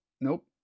Nope